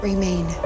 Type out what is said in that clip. Remain